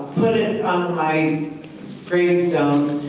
put it on my gravestone,